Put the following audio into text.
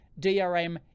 DRM